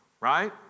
right